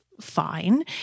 fine